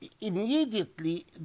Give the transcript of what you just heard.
immediately